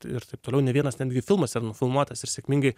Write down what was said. ir taip toliau ne vienas netgi filmas yra nufilmuotas ir sėkmingai